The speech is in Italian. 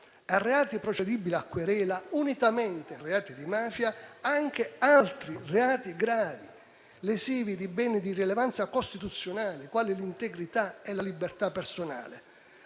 a reati procedibili a querela, unitamente a quelli di mafia, anche altri gravi, lesivi di beni di rilevanza costituzionale, quali l'integrità e la libertà personali.